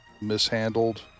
mishandled